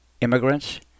immigrants